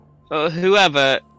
whoever